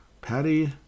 Patty